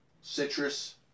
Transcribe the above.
citrus